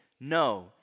No